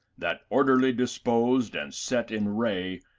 that orderly disposed and set in ray,